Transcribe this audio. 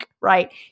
right